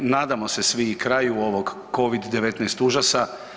Nadamo se svi i kraju ovog covid-19 užasa.